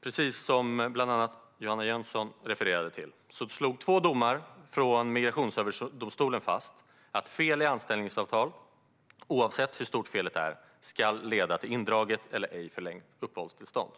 precis som bland annat Johanna Jönsson refererade till, slogs i två domar från Migrationsöverdomstolen fast att fel i anställningsavtal, oavsett hur stort felet är, ska leda till indraget eller ej förlängt uppehållstillstånd.